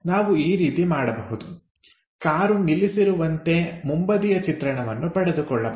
ನಾವು ಈ ರೀತಿ ಮಾಡಬಹುದು ಕಾರು ನಿಲ್ಲಿಸಿರುವಂತೆ ಮುಂಬದಿಯ ಚಿತ್ರಣವನ್ನು ಪಡೆದುಕೊಳ್ಳಬಹುದು